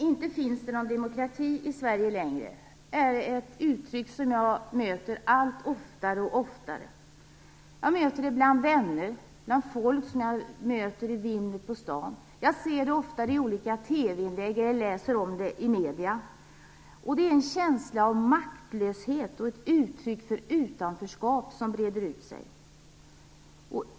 "Inte finns det någon demokrati i Sverige längre" är ett uttryck som jag möter allt oftare. Jag möter det bland vänner, bland folk jag träffar i vimlet på stan, jag hör det ofta i olika TV inlägg och jag läser det i medierna. Det visar på en känsla av maktlöshet och ett uttryck för utanförskap som breder ut sig.